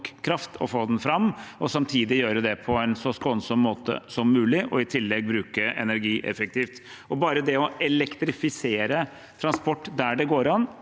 nok kraft og å få den fram, og samtidig gjøre det på en så skånsom måte som mulig, i tillegg til å bruke energi effektivt. Bare det å elektrifisere transport der det går an,